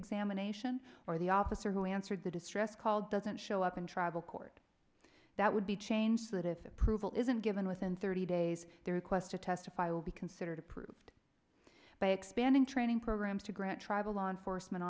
examination or the officer who answered the distress call doesn't show up in tribal court that would be change that if approval isn't given within thirty days they requested to testify will be considered approved by expanding training programs to grant tribal law enforcement